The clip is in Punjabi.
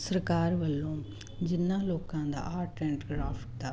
ਸਰਕਾਰ ਵੱਲੋਂ ਜਿਹਨਾਂ ਲੋਕਾਂ ਦਾ ਆਰਟ ਐਂਡ ਕਰਾਫਟ ਦਾ